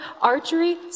archery